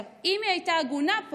אם היא הייתה הגונה,